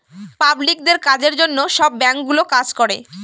পাবলিকদের কাজের জন্য সব ব্যাঙ্কগুলো কাজ করে